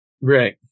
Right